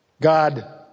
God